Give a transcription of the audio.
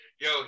Yo